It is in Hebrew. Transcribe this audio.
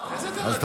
לא.